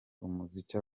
umuziki